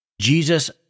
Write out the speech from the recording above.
Jesus